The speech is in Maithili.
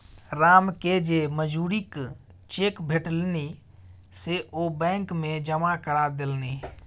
रामकेँ जे मजूरीक चेक भेटलनि से ओ बैंक मे जमा करा देलनि